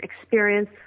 experience